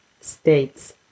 states